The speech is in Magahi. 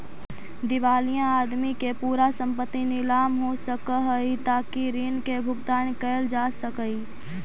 दिवालिया आदमी के पूरा संपत्ति नीलाम हो सकऽ हई ताकि ऋण के भुगतान कैल जा सकई